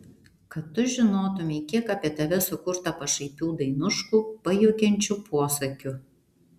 kad tu žinotumei kiek apie tave sukurta pašaipių dainuškų pajuokiančių posakių